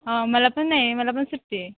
हां मला पण नाही मला पण सुट्टी आहे